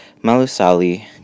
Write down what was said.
Malusali